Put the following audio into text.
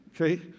okay